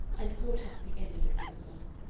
and caught up the end of it with a sob.